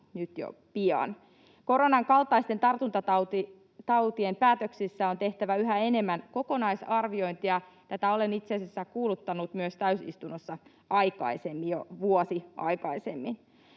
tätä työtä. Koronan kaltaisten tartuntatautien osalta päätöksissä on tehtävä yhä enemmän kokonaisarviointia — tätä olen itse asiassa kuuluttanut täysistunnossa myös jo vuosi aikaisemmin.